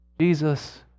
Jesus